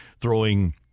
throwing